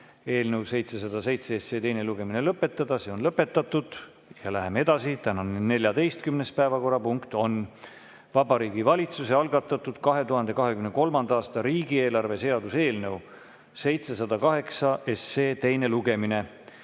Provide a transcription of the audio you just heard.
eelnõu 707 teine lugemine lõpetada. See on lõpetatud. Läheme edasi. Tänane 14. päevakorrapunkt on Vabariigi Valitsuse algatatud 2023. aasta riigieelarve seaduse eelnõu 708 teine lugemine.